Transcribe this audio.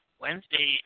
Wednesday